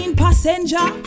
passenger